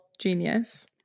genius